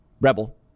rebel